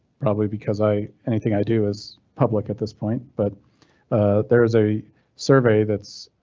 probably because i anything i do is public at this point, but there is a survey that's.